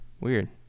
Weird